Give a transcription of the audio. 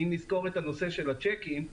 אם נזכור את הנושא של השיקים,